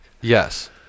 yes